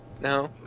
No